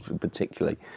particularly